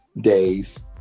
days